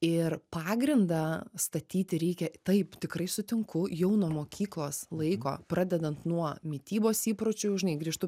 ir pagrindą statyti reikia taip tikrai sutinku jau nuo mokyklos laiko pradedant nuo mitybos įpročių žinai grįžtu